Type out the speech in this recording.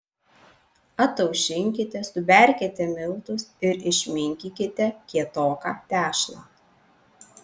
ataušinkite suberkite miltus ir išminkykite kietoką tešlą